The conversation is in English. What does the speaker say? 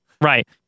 right